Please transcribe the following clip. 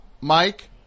Mike